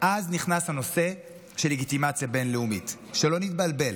נכנס הנושא של לגיטימציה בין-לאומית, שלא נתבלבל.